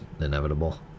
inevitable